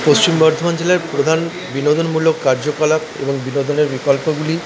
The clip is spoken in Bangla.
পশ্চিম বর্ধমান জেলার প্রধান বিনোদনমূলক কার্যকলাপ এবং বিনোদনের বিকল্পগুলি